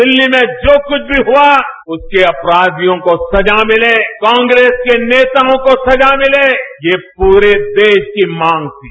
दिल्ली में जो कुछ भी हुआ उसके अपराधियों को सजा मिले कांग्रेस के नेताओं को सजा मिले ये पूरे देश की मांग थी